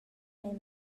ein